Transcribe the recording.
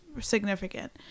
significant